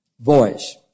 voice